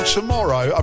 tomorrow